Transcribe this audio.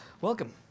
Welcome